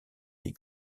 les